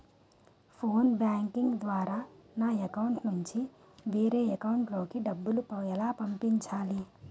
Phone banking ద్వారా నా account నుంచి వేరే అకౌంట్ లోకి డబ్బులు ఎలా పంపించాలి?